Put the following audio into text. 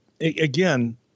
Again